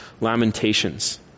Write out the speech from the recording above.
Lamentations